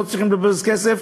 לא צריכים לבזבז כסף,